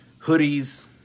hoodies